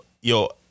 Yo